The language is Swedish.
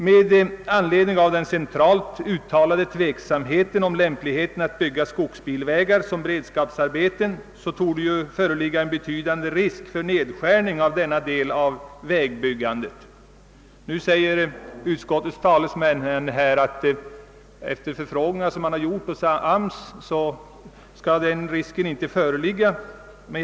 Med anledning av den centralt uttalade tveksamheten om lämpligheten av att bygga skogsbilvägar som beredskapsarbete torde det föreligga en betydande risk för nedskärning av denna del av vägbyggandet. Nu säger utskottets talesmän att den risken inte lär föreligga enligt förfrågningar som gjorts hos arbetsmarknadsstyrelsen.